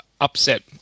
upset